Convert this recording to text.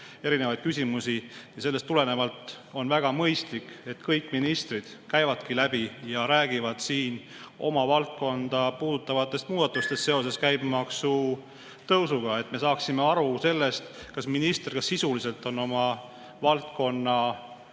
erinevaid küsimusi. Sellest tulenevalt on väga mõistlik, et kõik ministrid käivadki siin ja räägivad oma valdkonda puudutavatest muudatustest seoses käibemaksu tõusuga, et me saaksime aru sellest, kas minister on ka sisuliselt oma valdkonna